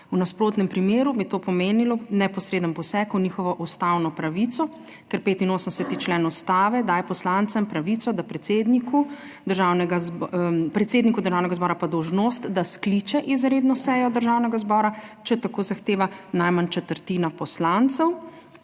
V nasprotnem primeru bi to pomenilo neposreden poseg v njihovo ustavno pravico, ker 85. člen Ustave daje poslancem pravico, da predsedniku Državnega…, predsedniku Državnega zbora pa dolžnost, da skliče izredno sejo Državnega zbora, če tako zahteva najmanj četrtina poslancev.